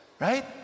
right